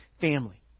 family